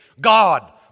God